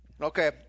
Okay